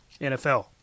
NFL